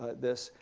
this.